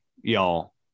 y'all